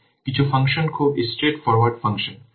কিছু ফাংশন খুব straightforward function